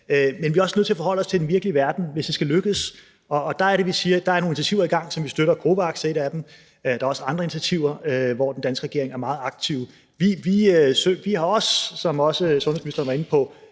Men vi er også nødt til at forholde os til den virkelige verden, hvis det skal lykkes. Det er der, vi siger, at der er nogle initiativer i gang, som vi støtter. COVAX er et af dem, og der er også andre initiativer, hvor den danske regering er meget aktiv. Vi har også, som også sundhedsministeren var inde på,